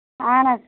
اَہَن حظ